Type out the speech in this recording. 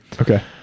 okay